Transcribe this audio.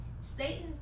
Satan